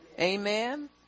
Amen